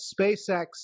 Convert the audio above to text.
spacex